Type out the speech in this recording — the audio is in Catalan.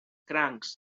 crancs